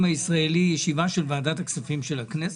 הישראלי ישיבה של ועדת הכספים של הכנסת?